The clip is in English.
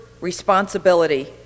responsibility